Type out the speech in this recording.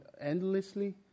endlessly